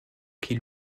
qui